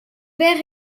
père